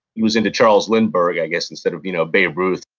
he was into charles lindbergh, i guess, instead of you know babe ruth.